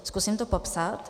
Zkusím to popsat.